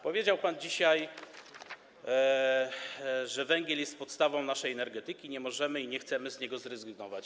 Powiedział pan dzisiaj, że węgiel jest podstawą naszej energetyki, że nie możemy i nie chcemy z niego zrezygnować.